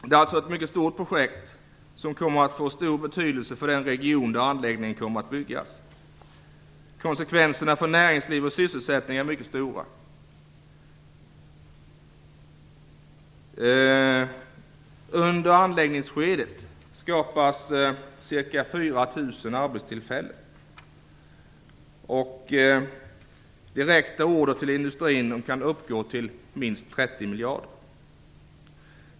Det är alltså ett mycket stort projekt som kommer att få stor betydelse för den region där anläggningen kommer att byggas. Konsekvenserna för näringsliv och sysselsättning blir mycket stora. Under anläggningsskedet skapas ca 4 000 arbetstillfällen. Värdet av direkta order till industrin kan uppgå till minst 30 miljarder.